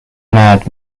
mad